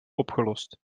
opgelost